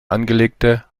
angelegte